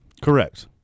Correct